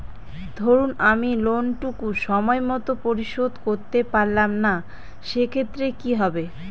ধরুন আমি লোন টুকু সময় মত পরিশোধ করতে পারলাম না সেক্ষেত্রে কি হবে?